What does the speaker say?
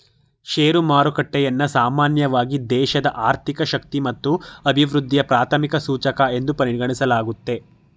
share ಮಾರುಕಟ್ಟೆಯನ್ನ ಸಾಮಾನ್ಯವಾಗಿ ದೇಶದ ಆರ್ಥಿಕ ಶಕ್ತಿ ಮತ್ತು ಅಭಿವೃದ್ಧಿಯ ಪ್ರಾಥಮಿಕ ಸೂಚಕ ಎಂದು ಪರಿಗಣಿಸಲಾಗುತ್ತೆ